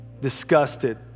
disgusted